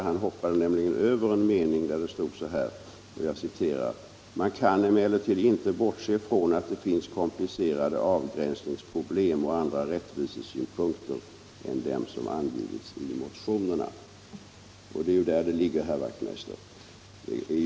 Han hoppade nämligen över en mening, där det stod: ”Man kan emellertid inte bortse från att det finns komplicerade avgränsningsproblem och andra rättvisesynpunkter än dem som angivits i motionerna.” Det är ju där det ligger, herr Wachtmeister!